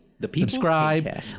Subscribe